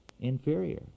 inferior